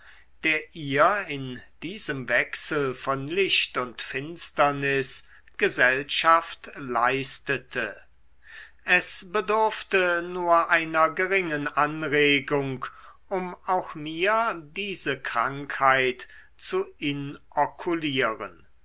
der ihr in diesem wechsel von licht und finsternis gesellschaft leistete es bedurfte nur einer geringen anregung um auch mir diese krankheit zu